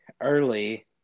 early